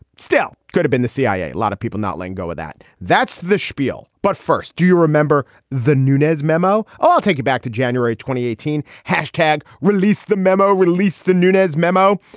still could have been the cia. a lot of people not lango with that. that's the spiel. but first, do you remember the nunez memo? oh, i'll take you back to january. twenty eighteen. hashtag released the memo. released the nunez memo.